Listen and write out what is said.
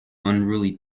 unruly